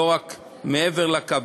לא רק מעבר לקו,